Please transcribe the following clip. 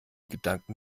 gedanken